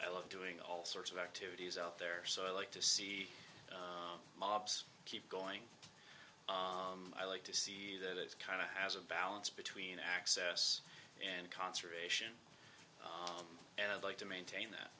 i love doing all sorts of activities out there so i like to see keep going i like to see that it's kind of as a balance between access and conservation and i'd like to maintain that